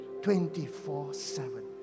24-7